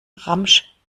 ramsch